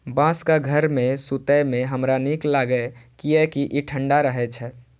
बांसक घर मे सुतै मे हमरा नीक लागैए, कियैकि ई ठंढा रहै छै